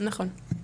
נכון.